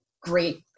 great